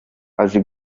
azi